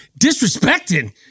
Disrespecting